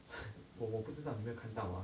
我我不知道你没有看到啊